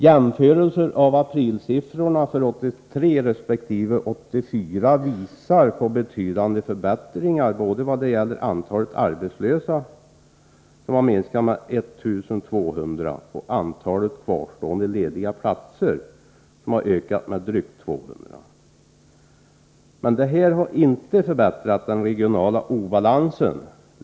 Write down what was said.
Jämförelser av aprilsiffrorna för 1983 resp. 1984 visar på betydande förbättringar både när det gäller antalet arbetslösa, som har minskat med 1 200, och när det gäller antalet kvarstående lediga platser, som har ökat med drygt 200. Men detta har inte påverkat den regionala obalansen.